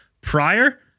prior